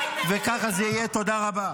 למה התעמרות?